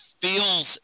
feels